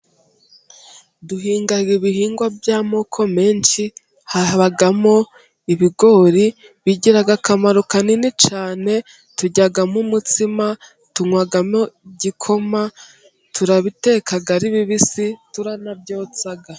Duhinga ibihingwa by'amoko menshi habamo ibigori bigira akamaro kanini cyane turyamo umutsima ,tunywamo igikoma, turabiteka ari bibisi ,turanabyotsa.